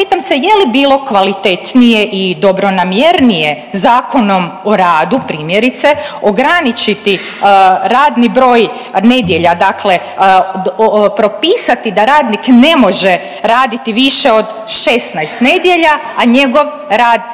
Pitam se je li bilo kvalitetnije i dobronamjernije Zakonom o radu primjerice ograničiti radni broj nedjelja, dakle propisati da radnik ne može raditi više od 16 nedjelja, a njegov rad